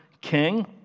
King